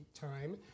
time